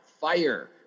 fire